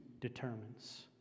determines